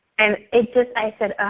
and it just, i said, ah,